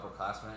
upperclassmen